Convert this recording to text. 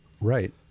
Right